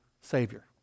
savior